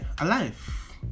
alive